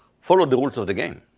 follow the rules of the game,